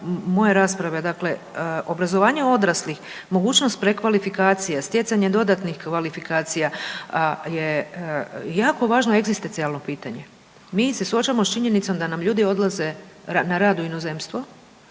moje rasprave. Dakle, obrazovanje odraslih, mogućnost prekvalifikacija, stjecanja dodatnih kvalifikacija je jako važno egzistencijalno pitanje. Mi se suočavamo s činjenicom da nam ljudi odlaze na rad u inozemstvo,